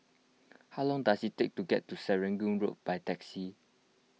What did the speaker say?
how long does it take to get to Serangoon Road by taxi